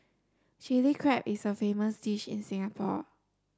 Chilli Crab is a famous dish in Singapore